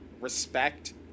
respect